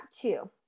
two